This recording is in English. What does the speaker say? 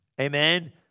Amen